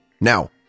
now